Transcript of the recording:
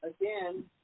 Again